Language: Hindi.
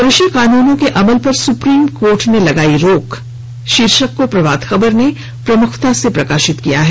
कृषि कानूनों के अमल पर सुप्रीम कोर्ट ने लगायी रोक शीर्षक को प्रभात खबर ने प्रमुखता से प्रकाशित किया है